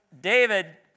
David